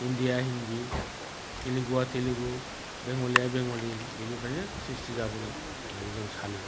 हिन्दीया हिन्दी तेलेगुआ तेलेगु बेंगलिया बेंगलि बिनिफ्रायनो सृष्टि जाबोनो होननानै जों सानो